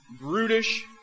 brutish